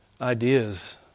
ideas